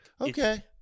Okay